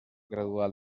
gradual